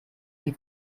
die